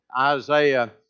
Isaiah